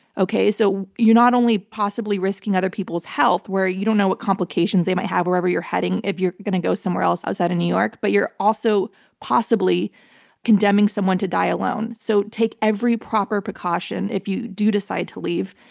okay? so you're not only possibly risking other people's health where you don't know what complications they might have wherever you're heading, if you're going to go somewhere else outside of new york, but you're also possibly condemning someone to die alone. so take every proper precaution. if you do decide to leave,